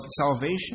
salvation